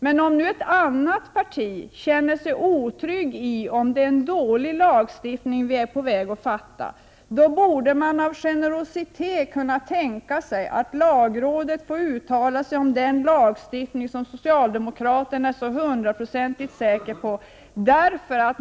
Men om ett annat parti känner sig osäkert på huruvida det är en dålig lagstiftning som vi är på väg att fatta beslut om, borde man av generositet kunna tänka sig att lagrådet får uttala sig om den lagstiftning som socialdemokraterna är så hundraprocentigt säker på.